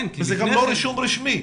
זה גם לא רישום רשמי.